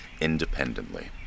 independently